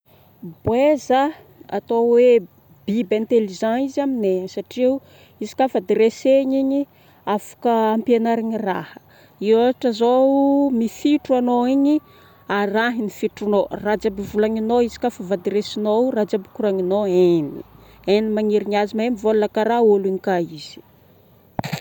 boeza atao hoe biby intelligent izy aminai agny satria izy kafa dressegny igny afaka ampianarigny raha.ôhatra zao mifiotra anao igny, arahany fiotronao ra jiaby volagninao izy ka fa voadresinao raha jiaby koragninao hainy, hainy magnerigna azy mahay mivolagna kara ologno ka izy.